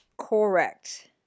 Correct